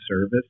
service